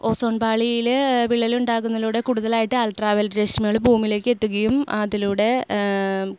ozone പാളിയിൽ വിള്ളൽ ഉണ്ടാകുന്നതിലൂടെ കൂടുതലായിട്ട് അൾട്രാവയലറ്റ് രശ്മികൾ ഭൂമിയിലേക്ക് എത്തുകയും അതിലൂടെ